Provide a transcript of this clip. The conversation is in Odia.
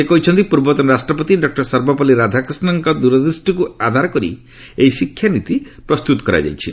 ସେ କହିଛନ୍ତି ପୂର୍ବତନ ରାଷ୍ଟ୍ରପତି ଡକୁର ସର୍ବପଲ୍ଲୀ ରାଧାକ୍ରିଷ୍ଣନଙ୍କ ଦୂରଦୃଷ୍ଟିକୁ ଆଧାର କରି ଏହି ଶିକ୍ଷାନୀତି ପ୍ରସ୍ତୁତ କରାଯାଇଛି